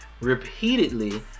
repeatedly